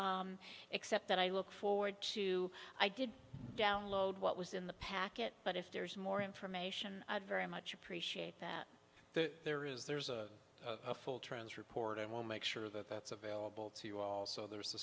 you except that i look forward to i did download what was in the packet but if there's more information i'd very much appreciate that that there is there's a full transfer port and we'll make sure that that's available to you all so there's the